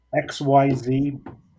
XYZ